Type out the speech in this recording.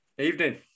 Evening